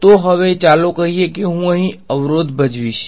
તો હવે ચાલો કહીએ કે હું અહીં અવરોધ ભજવીશ છે